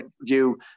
view